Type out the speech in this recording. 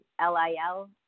L-I-L